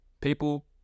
People